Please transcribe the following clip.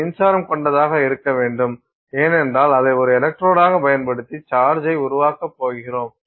இது மின்சாரம் கொண்டதாக இருக்க வேண்டும் ஏனென்றால் அதை ஒரு எலக்ட்ரோடாக பயன்படுத்தி சார்ஜை உருவாக்கப் போகிறோம்